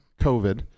COVID